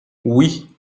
oui